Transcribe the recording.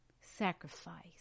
sacrifice